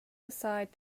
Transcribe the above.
aside